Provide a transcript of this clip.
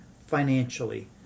financially